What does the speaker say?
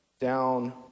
down